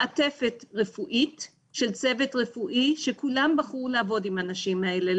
מעטפת רפואית של צוות רפואי שכולם בחרו לעבוד עם הנשים האלה,